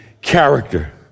character